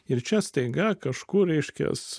ir čia staiga kažkur reiškias